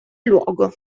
luogo